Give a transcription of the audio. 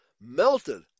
melted